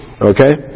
Okay